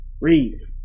Read